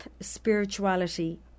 spirituality